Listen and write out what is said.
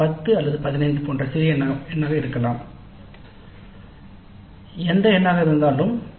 இது 10 அல்லது 15 போன்ற சிறிய எண்ணாக இருக்கலாம் எந்த எண்ணாக இருந்தாலும் சரி